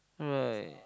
right